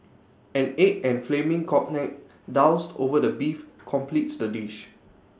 an egg and flaming cognac doused over the beef completes the dish